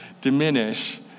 diminish